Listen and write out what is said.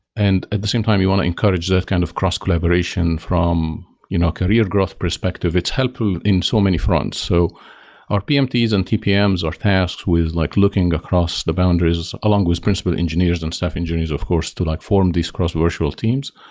and at the same time, you want to encourage that kind of cross-collaboration from you know career growth perspective. it's helpful in so many fronts so our pmts and tpms are tasked with like looking across the boundaries, along with principal engineers and staff engineers of course to like form these cross-virtual teams.